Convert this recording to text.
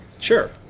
Sure